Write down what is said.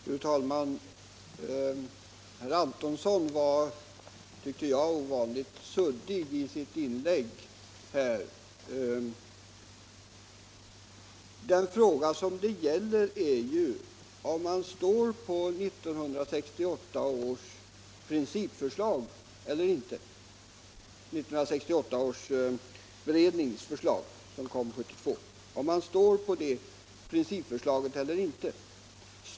Fru talman! Herr Antonsson var, tycker jag, ovanligt suddig i sitt inlägg här. Den fråga som det gäller är ju om man står fast vid det förslag som 1968 års beredning kom med 1972, eller inte.